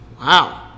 Wow